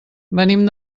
venim